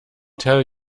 tell